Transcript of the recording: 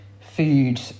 food